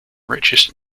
richest